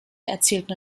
erzielten